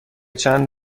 چند